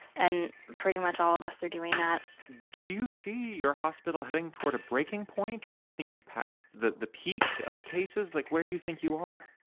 and pretty much all of us are doing that do you see your hospital heading toward a breaking point? or do you think you've passed the the peak of cases? like, where do you think you are?